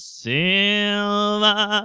silver